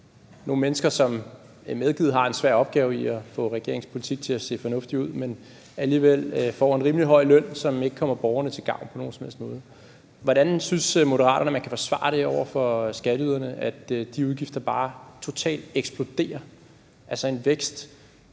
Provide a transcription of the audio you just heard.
nogle mennesker, som medgivet har en rigtig svær opgave i at få regeringens politik til at se fornuftig ud, men alligevel får en rimelig høj løn, som ikke kommer borgerne til gavn på nogen som helst måde. Hvordan synes Moderaterne man kan forsvare over for skatteyderne, at de udgifter bare totalt eksploderer, altså en vækst,